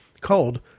called